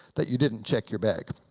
that you didn't check your bag.